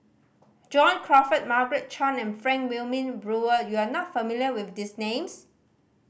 John Crawfurd Margaret Chan and Frank Wilmin Brewer you are not familiar with these names